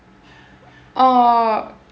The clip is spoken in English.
oh